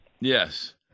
Yes